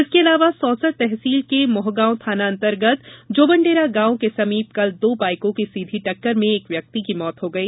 इसके अलावा सोंसर तहसील के मोहगांव थानांतर्गत जोबनडेरा गांव के समीप कल दो बाईकों की सीधी टक्कर में एक व्यक्ति की मौत हो गई